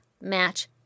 match